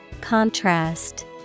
Contrast